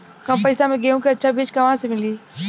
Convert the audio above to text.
कम पैसा में गेहूं के अच्छा बिज कहवा से ली?